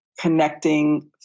connecting